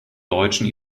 deutschen